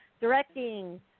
directing